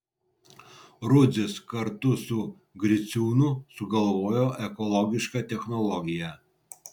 rudzis kartu su griciūnu sugalvojo ekologišką technologiją